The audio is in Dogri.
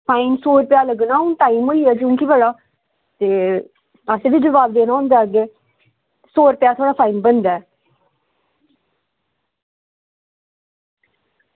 फाइन सौ रपेआ लग्गना हून टाइम होई जून च बड़ा ते असें बी जवाब देना होंदा अग्गें सौ रपेआ थुआढ़ा फाइन बनदा ऐ